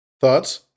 Thoughts